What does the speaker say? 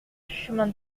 chemin